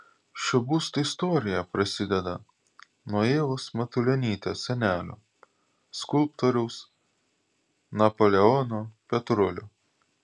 šio būsto istorija prasideda nuo ievos matulionytės senelio skulptoriaus napoleono petrulio